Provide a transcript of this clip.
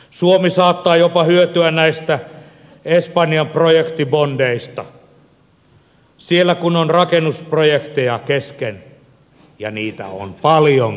suomi saattaa jopa hyötyä näistä espanjan projektibondeista siellä kun on rakennusprojekteja kesken ja niitä on paljon kesken